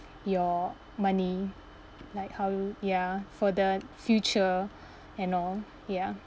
your money like how you ya for the future and all ya